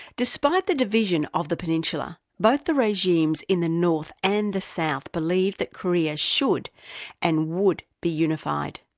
despite the division of the peninsula, both the regimes in the north and the south believed that korea should and would be unified.